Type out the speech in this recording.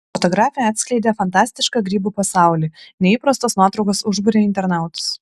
fotografė atskleidė fantastišką grybų pasaulį neįprastos nuotraukos užbūrė internautus